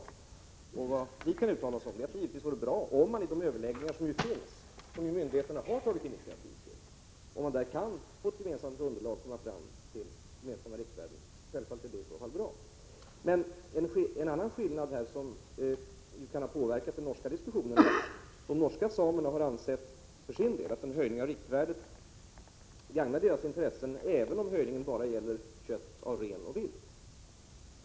Regeringen kan bara uttala att det givetvis vore bra om man i de överläggningar som myndigheterna har tagit initiativ till kunde komma fram till gemensamma riktvärden. Men här finns också en annan skillnad, som kan ha påverkat den norska diskussionen. De norska samerna har för sin del ansett att en höjning av riktvärdet gagnar deras intressen även om höjningen bara gäller kött av ren och vilt.